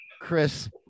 Chris